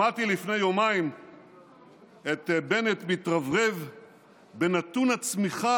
שמעתי לפני יומיים את בנט מתרברב בנתון הצמיחה